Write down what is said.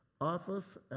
office